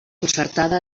concertada